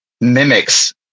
mimics